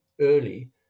early